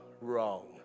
wrong